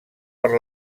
per